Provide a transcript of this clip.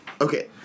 Okay